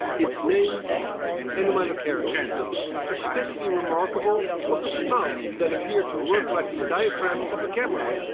its name anomalocaris especially remarkable was its mouth that appeared to work like the diaphragm of a camera.